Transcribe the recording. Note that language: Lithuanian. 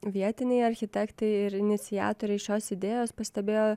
vietiniai architektai ir iniciatoriai šios idėjos pastebėjo